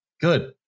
Good